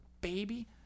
baby